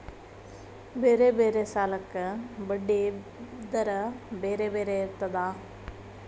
ಬೇರೆ ಬೇರೆ ಸಾಲಕ್ಕ ಬಡ್ಡಿ ದರಾ ಬೇರೆ ಬೇರೆ ಇರ್ತದಾ?